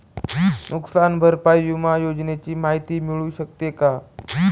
नुकसान भरपाई विमा योजनेची माहिती मिळू शकते का?